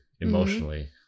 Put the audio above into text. emotionally